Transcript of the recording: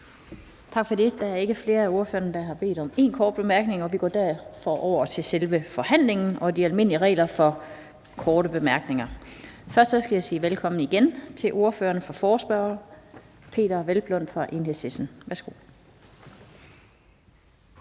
Tak for det. Der er ikke flere af ordførerne, der har bedt om én kort bemærkning, og vi går derfor over til selve forhandlingen og de almindelige regler for korte bemærkninger. Først skal jeg sige velkommen igen til ordføreren for forespørgerne, Peder Hvelplund fra Enhedslisten.